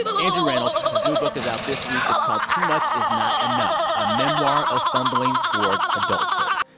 andrew rannells his new book is out this week. it's called too much is not enough a memoir of fumbling toward adulthood.